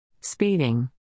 Speeding